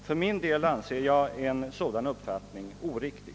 För min del anser jag en sådan uppfattning oriktig.